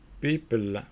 People